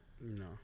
No